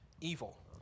evil